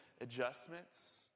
adjustments